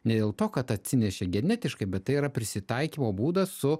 ne dėl to kad atsinešė genetiškai bet tai yra prisitaikymo būdas su